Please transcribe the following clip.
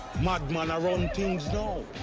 madman ah run things now?